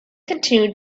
continued